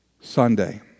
Sunday